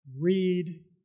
read